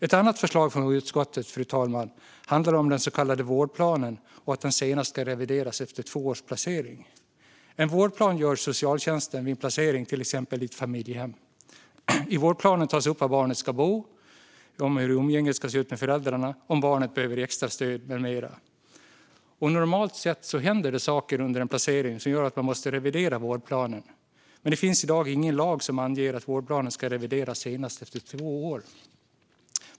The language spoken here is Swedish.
Ett annat förslag från utskottet, fru talman, handlar om den så kallade vårdplanen och att den ska revideras senast efter två års placering. En vårdplan gör socialtjänsten vid en placering i till exempel ett familjehem. I vårdplanen tas upp var barnet ska bo, hur umgänget ska se ut med föräldrarna, om barnet behöver extra stöd med mera. Normalt sett händer det saker under en placering som gör att man måste revidera vårdplanen, men det finns i dag ingen lag som anger att vårdplanen ska revideras senast efter två år.